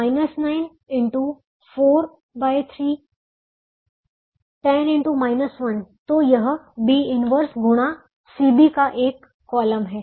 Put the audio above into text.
तो यह B 1 गुणा CB का एक कॉलम है